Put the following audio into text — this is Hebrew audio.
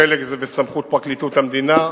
חלק זה בסמכות פרקליטות המדינה,